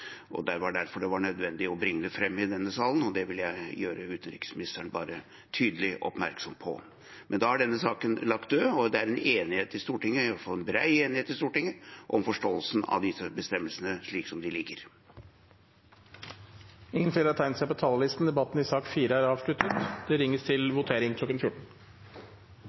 Det var derfor det var nødvendig å bringe det fram i denne salen, og det ville jeg gjøre utenriksministeren tydelig oppmerksom på. Men da er denne saken lagt død. Det er en bred enighet i Stortinget om forståelsen av disse bestemmelsene slik de foreligger. Flere har ikke bedt om ordet til sak nr. 4. Stortinget tar nå en pause i forhandlingene for å gå til votering. Stortinget går først til votering